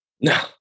no